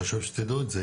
חשוב שתדעו את זה,